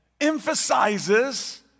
emphasizes